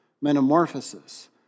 metamorphosis